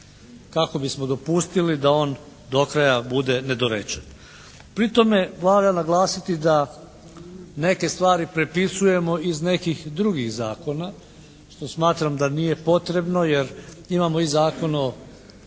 kako bismo dopustili da on do kraja bude nedorečen. Pri tome valja naglasiti da neke stvari prepisujemo iz nekih drugih zakona što smatram da nije potrebno jer imamo i Zakon o